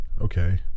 Okay